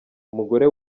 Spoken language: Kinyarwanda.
umugore